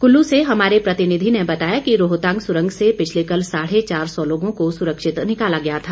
कुल्लू से हमारे प्रतिनिधि ने बताया कि रोहतांग सुरंग से पिछले कल साढ़े चार सौ लोगों को सुरक्षित निकाला गया था